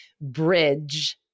bridge